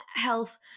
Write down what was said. health